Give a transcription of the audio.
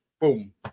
boom